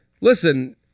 listen